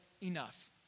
enough